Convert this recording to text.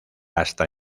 hasta